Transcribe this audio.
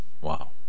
Wow